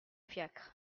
fiacre